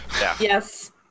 yes